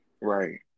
Right